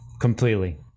completely